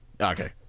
Okay